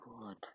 good